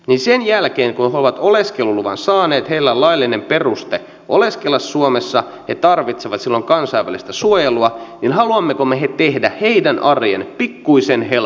sen jälkeen kun he ovat oleskeluluvan saaneet heillä on laillinen peruste oleskella suomessa he tarvitsevat silloin kansainvälistä suojelua haluammeko me tehdä heidän arkensa pikkuisen helpommaksi